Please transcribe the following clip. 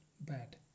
bad